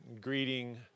greeting